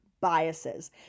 biases